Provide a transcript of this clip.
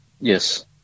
Yes